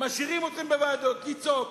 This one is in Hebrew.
משאירים אתכם בוועדות לצעוק,